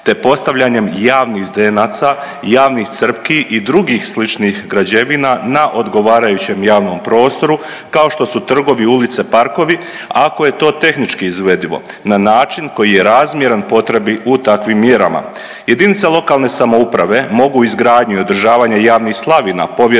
te postavljanjem javnih zdenaca, javnih crpki i drugih sličnih građevina na odgovarajućem javnom prostoru kao što su trgovi, ulice, parkovi ako je to tehnički izvedivo na način koji je razmjeran potrebi u takvim mjerama. Jedinice lokalne samouprave mogu izgradnju i održavanje javnih slavina povjeriti